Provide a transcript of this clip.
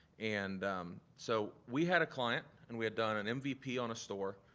and so we had a client and we had done an mvp on a store,